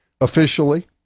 officially